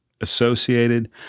associated